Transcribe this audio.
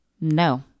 no